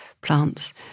plants